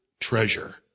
treasure